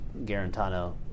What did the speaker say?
Garantano